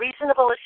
reasonable